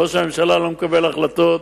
וראש הממשלה לא מקבל החלטות.